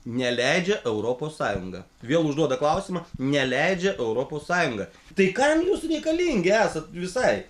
neleidžia europos sąjunga vėl užduoda klausimą neleidžia europos sąjunga tai kam jūs reikalingi esant visai